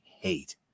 hate